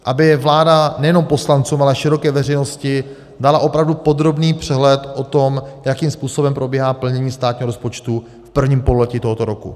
Aby vláda nejenom poslancům, ale široké veřejnosti dala opravdu podrobný přehled o tom, jakým způsobem probíhá plnění státního rozpočtu v prvním pololetí tohoto roku.